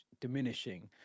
diminishing